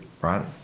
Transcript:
right